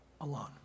alone